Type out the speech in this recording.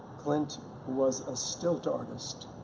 clint was a stilt artist,